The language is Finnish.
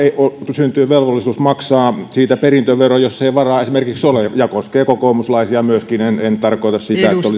syntyy velvollisuus maksaa siitä perintövero jos ei varaa ole koskee kokoomuslaisia myöskin en tarkoita sitä että olisimme